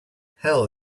hell